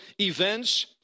events